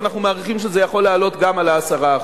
ואנחנו מעריכים שזה יכול לעלות גם על ה-10%.